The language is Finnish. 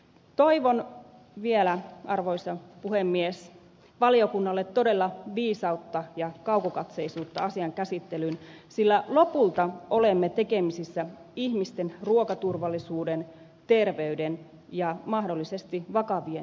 toivon vielä arvoisa puhemies valiokunnalle todella viisautta ja kaukokatseisuutta asian käsittelyyn sillä lopulta olemme tekemisissä ihmisten ruokaturvallisuuden terveyden ja mahdollisesti vakavien ympäristöriskien kanssa